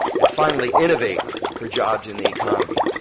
and finally, innovate for jobs in the economy.